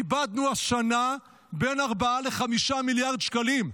איבדנו השנה בין 4 ל-5 מיליארד שקלים.